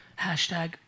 hashtag